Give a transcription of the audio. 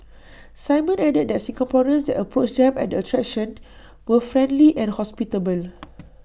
simon added that Singaporeans that approached them at attraction were friendly and hospitable